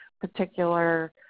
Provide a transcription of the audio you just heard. particular